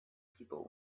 people